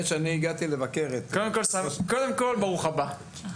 קודם כל ברוך הבא,